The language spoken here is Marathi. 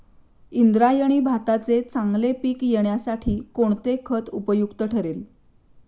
इंद्रायणी भाताचे चांगले पीक येण्यासाठी कोणते खत उपयुक्त ठरेल?